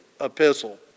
epistle